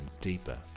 deeper